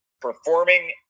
performing